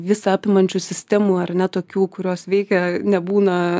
visa apimančių sistemų ar ne tokių kurios veikia nebūna